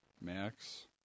max